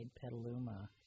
Petaluma